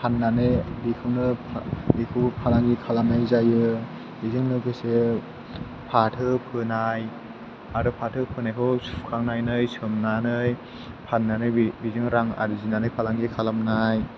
फाननानै बेखौबो फालांगि खालामनाय जायो बिजों लोगोसे फाथो फोनाय आरो फाथो फोनायखौ सुखांनानै सोमनानै फाननानै बिदिनो रां आर्जिनानै फालांगि खालामनाय